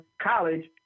college